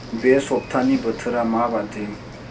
बे सप्तानि बोथोरा माबादि